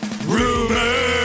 Rumor